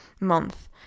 month